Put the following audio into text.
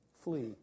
flee